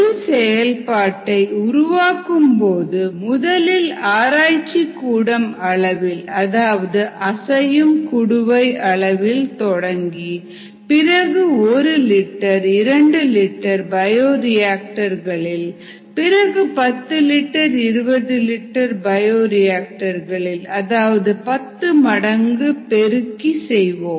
ஒரு செயல்பாட்டை உருவாக்கும் போது முதலில் ஆராய்ச்சிக்கூடம் அளவில் அதாவது அசையும் குடுவை அளவில் தொடங்கி பிறகு ஒரு லிட்டர் இரண்டு லிட்டர் பயோரியாக்டர் nகளில் பிறகு பத்து லிட்டர் 20 லிட்டர் பயோரியாக்டர் களில் அதாவது 10 மடங்கு பெருக்கி செய்வோம்